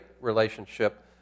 relationship